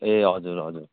ए हजुर हजुर